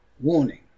Warning